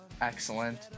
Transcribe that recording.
excellent